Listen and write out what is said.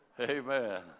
Amen